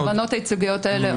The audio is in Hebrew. והכוונות הייצוגיות האלה,